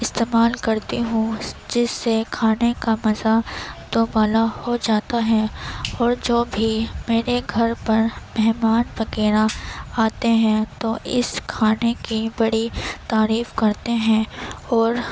استعمال کرتی ہوں جس سے کھانے کا مزہ دو بالا ہو جاتا ہے اور جو بھی میرے گھر پر مہمان وغیرہ آتے ہیں تو اس کھانے کی بڑی تعریف کرتے ہیں اور